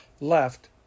left